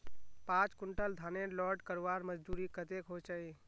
पाँच कुंटल धानेर लोड करवार मजदूरी कतेक होचए?